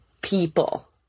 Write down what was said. people